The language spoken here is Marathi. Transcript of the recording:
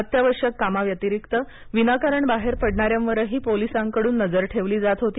अत्यावश्यक कामाव्यतिरिक्त विनाकारण बाहेर पडणाऱ्यांवरही पोलिसांकडून नजर ठेवली जात होती